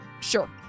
Sure